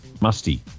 Musty